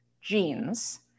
genes